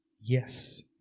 Yes